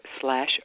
slash